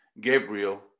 Gabriel